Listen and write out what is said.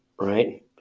right